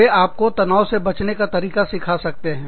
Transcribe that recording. वे आपको तनाव से बचने के तरीकों को सिखा सकते हैं